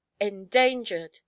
endangered